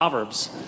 Proverbs